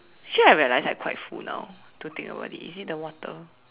actually I realize I am quite full now to think about it is it the water